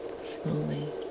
slowly